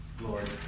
Lord